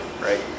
right